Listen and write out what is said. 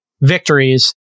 victories